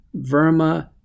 Verma